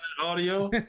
audio